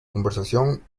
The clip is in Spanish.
conversión